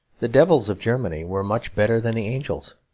the devils of germany were much better than the angels.